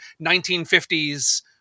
1950s